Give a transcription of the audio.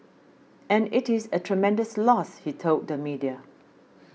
and it is a tremendous loss he told the media